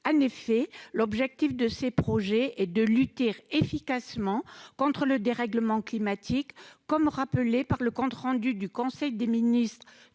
En effet, l'objectif de ces projets est de lutter efficacement contre le dérèglement climatique, comme cela est rappelé dans le compte rendu du conseil des ministres